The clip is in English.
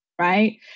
right